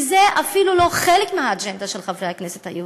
וזה אפילו לא חלק מהאג'נדה של חברי הכנסת היהודים,